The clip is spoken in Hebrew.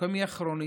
לוקמיה כרונית,